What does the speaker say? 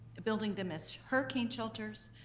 building them as hurricane shelters,